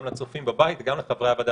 גם לצופים בבית וגם לחברי הוועדה,